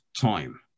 time